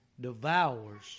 devours